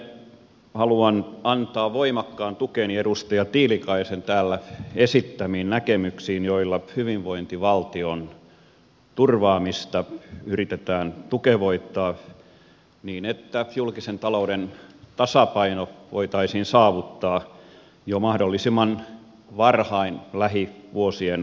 edelleen haluan antaa voimakkaan tukeni edustaja tiilikaisen täällä esittämiin näkemyksiin joilla hyvinvointivaltion turvaamista yritetään tukevoittaa niin että julkisen talouden tasapaino voitaisiin saavuttaa jo mahdollisimman varhain lähivuosien varrella